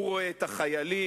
הוא רואה את החיילים,